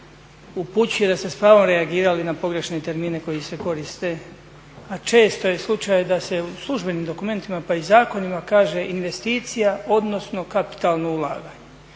upućuje da ste s pravom reagirali na pogrešne termine koji se koriste, a često je slučaj da se u službenim dokumentima, pa i zakonima kaže investicija, odnosno kapitalno ulaganje.